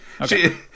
Okay